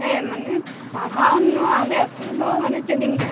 ᱦᱮᱸ ᱢᱟᱱᱮ ᱯᱟᱲᱦᱟᱣ ᱱᱚᱶᱟ ᱟᱞᱮ ᱟᱛᱳ ᱨᱮᱫᱚ ᱢᱟᱱᱮ ᱪᱮᱫᱤᱧ